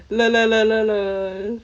lol lol lol lol lol